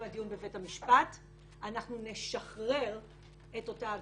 הדיון בבית המשפט אנחנו נשחרר את אותה הגבלה,